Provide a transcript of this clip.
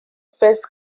first